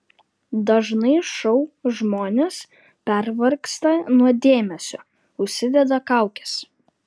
dažnai šou žmonės pervargsta nuo dėmesio užsideda kaukes